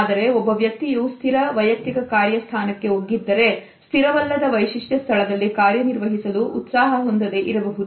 ಆದರೆ ಒಬ್ಬ ವ್ಯಕ್ತಿಯು ಸ್ಥಿರ ವೈಯಕ್ತಿಕ ಕಾರ್ಯ ಸ್ಥಾನಕ್ಕೆ ಒಗ್ಗಿದ್ದರೆ ಸ್ಥಿರವಲ್ಲದ ವೈಶಿಷ್ಟ್ಯ ಸ್ಥಳದಲ್ಲಿ ಕಾರ್ಯನಿರ್ವಹಿಸಲು ಉತ್ಸಾಹ ಹೊಂದದೆ ಇರಬಹುದು